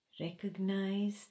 Recognize